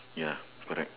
ya correct